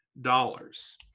dollars